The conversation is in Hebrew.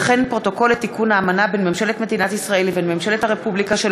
פרוטוקול לתיקון האמנה בין ממשלת מדינת ישראל לבין ממשלת הרפובליקה של